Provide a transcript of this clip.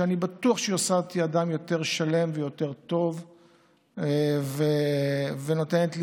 שאני בטוח שהיא עושה אותי אדם יותר שלם ויותר טוב ונותנת לי